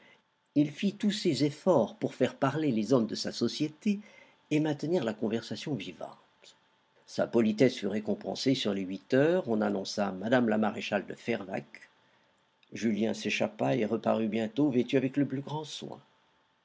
il fit tous ses efforts pour faire parler les hommes de sa société et maintenir la conversation vivante sa politesse fut récompensée sur les huit heures on annonça mme la maréchale de fervaques julien s'échappa et reparut bientôt vêtu avec le plus grand soin